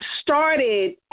started